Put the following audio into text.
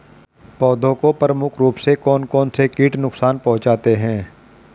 पौधों को प्रमुख रूप से कौन कौन से कीट नुकसान पहुंचाते हैं?